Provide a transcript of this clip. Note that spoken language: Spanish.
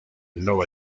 nova